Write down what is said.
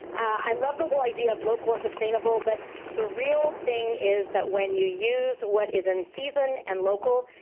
i love the whole idea of local and sustainable. but the real thing is that when you use what is in season and local,